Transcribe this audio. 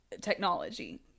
technology